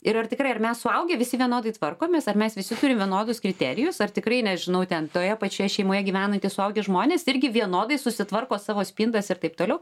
ir ar tikrai ar mes suaugę visi vienodai tvarkomės ar mes visi turim vienodus kriterijus ar tikrai nežinau ten toje pačioje šeimoje gyvenantys suaugę žmonės irgi vienodai susitvarko savo spintas ir taip toliau